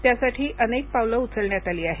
त्यासाठी अनेक पावलं उचलण्यात आली आहेत